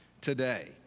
today